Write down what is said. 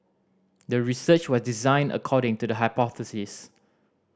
the research was designed according to the hypothesis